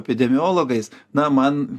epidemiologais na man